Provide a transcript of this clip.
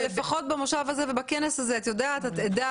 לפחות במושב הזה ובכנס הזה את עדה